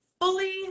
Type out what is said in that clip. fully